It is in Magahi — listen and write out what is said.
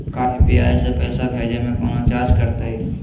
का यू.पी.आई से पैसा भेजे में कौनो चार्ज कटतई?